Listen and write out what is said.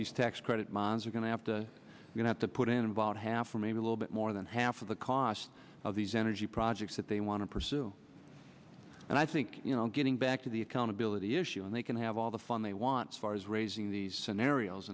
these tax credit mon's are going to have to you have to put in involve have for maybe a little bit more than half of the cost of these energy projects that they want to pursue and i think getting back to the accountability issue and they can have all the fun they want far as raising these scenarios